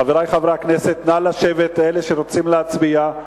חברי חברי הכנסת, נא לשבת, אלה שרוצים להצביע.